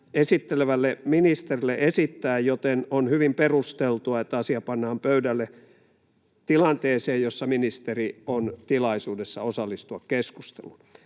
esittelevälle ministerille esittää, joten on hyvin perusteltua, että asia pannaan pöydälle tilanteeseen, jossa ministeri on tilaisuudessa osallistua keskusteluun.